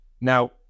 now